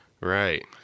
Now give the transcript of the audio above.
Right